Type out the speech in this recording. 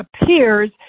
appears